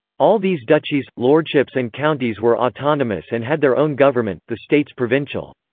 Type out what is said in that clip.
all these duchies, lordships and counties were autonomous and had their own government, the states-provincial.